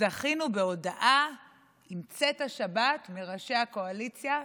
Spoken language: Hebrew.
זכינו בהודעה עם צאת השבת מראשי הקואליציה.